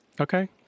Okay